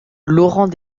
laurent